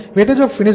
Wfg 0